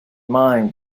mind